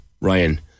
Ryan